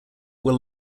were